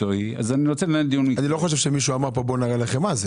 אני לא חושב שמישהו אמר פה: "בוא נראה לכם מה זה".